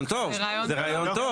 זה רעיון טוב.